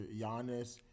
Giannis